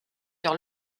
sur